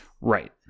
Right